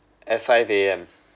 at five A_M